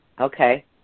Okay